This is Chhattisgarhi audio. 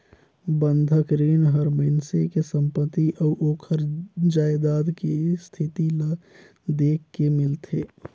बंधक रीन हर मइनसे के संपति अउ ओखर जायदाद के इस्थिति ल देख के मिलथे